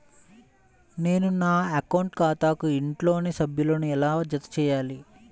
నేను నా అకౌంట్ ఖాతాకు ఇంట్లోని సభ్యులను ఎలా జతచేయాలి?